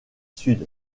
sud